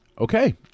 okay